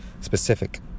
specific